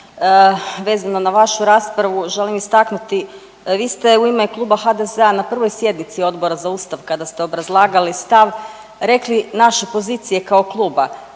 vezano na vašu raspravu želim istaknuti vi ste u ime Kluba HDZ-a na prvoj sjednici Odbora za Ustav kada ste obrazlagali stav rekli naše pozicije kao kluba